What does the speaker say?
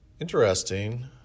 Interesting